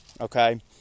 okay